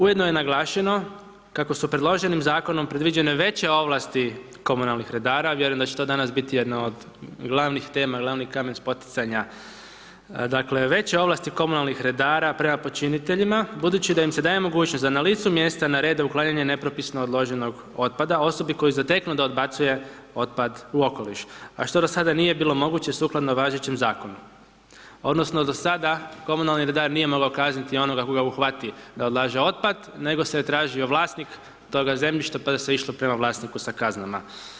Ujedno je naglašeno kako su predloženim Zakonom predviđene veće ovlasti komunalnih redara, vjerujem da će to danas biti jedna od glavnih tema, glavni kamen spoticanja, dakle, veće ovlasti komunalnih redara prema počinitelja, budući da im se daje mogućnost da na licu mjesta narede uklanjanje nepropisno odloženog otpada, osobi koju zateknu da odbacuje otpad u okoliš, a što do sada nije bilo moguće sukladno važećem Zakonu odnosno do sada komunalni redar nije mogao kazniti onoga koga uhvati da odlaže otpad, nego se tražio vlasnik toga zemljišta, pa da se išlo prema vlasniku sa kaznama.